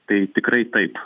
tai tikrai taip